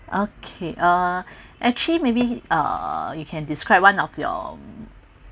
okay uh actually maybe uh you can describe one of your